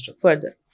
further